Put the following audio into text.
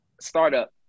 Startup